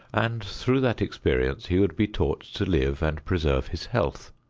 and through that experience he would be taught to live and preserve his health.